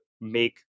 make